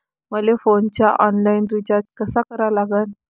मले फोनचा online recharge कसा करा लागन?